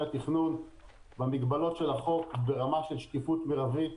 התכנון במגבלות של החוק ברמה של שקיפות מרבית.